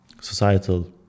societal